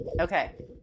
Okay